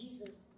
Jesus